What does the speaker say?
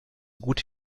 gut